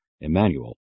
Emmanuel